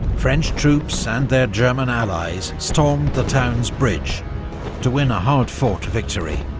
french troops and their german allies stormed the town's bridge to win a hard-fought victory,